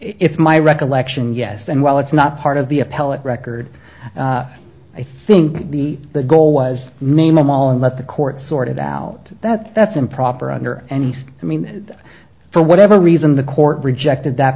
if my recollection yes and while it's not part of the appellate record i think the the goal was name them all and let the courts sort it out that that's improper under any i mean for whatever reason the court rejected that